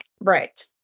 right